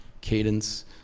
Cadence